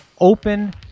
open